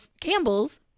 Campbell's